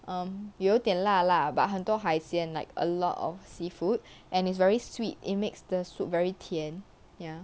um 有点拉拉 but 很多海鲜 like a lot of seafood and it's very sweet it makes the soup very tian:填 ya